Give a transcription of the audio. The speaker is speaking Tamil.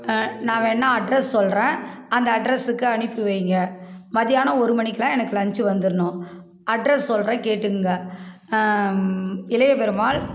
நான் வேணுண்னா அட்ரஸ் சொல்கிறேன் அந்த அட்ரஸுக்கு அனுப்பி வைங்க மதியானம் ஒரு மணிக்குலாம் எனக்கு லஞ்சு வந்துடனும் அட்ரஸ் சொல்கிறேன் கேட்டுகுங்க இளைய பெருமாள்